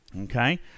Okay